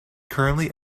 currently